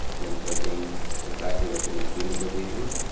and i'm typing exactly what's in between the quotations,